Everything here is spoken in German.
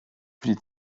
die